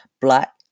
black